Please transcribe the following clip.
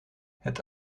het